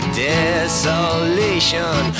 desolation